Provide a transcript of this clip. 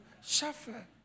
suffer